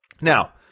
now